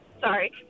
Sorry